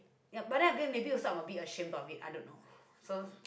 ya but then again maybe also I am a bit ashamed of it I don't know so